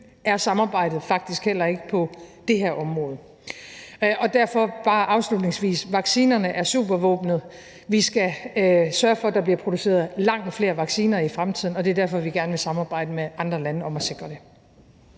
er samarbejdet faktisk heller ikke på det her område. Derfor vil jeg bare afslutningsvis sige, at vaccinerne er supervåbnet. Vi skal sørge for, at der bliver produceret langt flere vacciner i fremtiden, og det er derfor, at vi gerne vil samarbejde med andre lande om at sikre det.